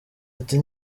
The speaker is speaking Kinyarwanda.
ati